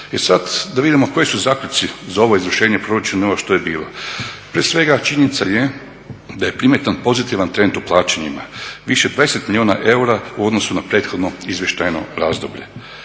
E sada da vidimo koji su zaključci za ovo izvršenje proračuna ovo što je bilo. Prije svega činjenica je da je primjetan pozitivan trend u plaćanjima, više 20 milijuna eura u odnosu na prethodno izvještajno razdoblje.